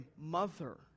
mother